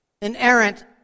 inerrant